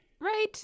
right